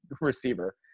receiver